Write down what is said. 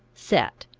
set,